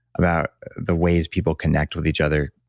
about the ways people connect with each other.